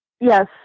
Yes